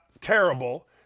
terrible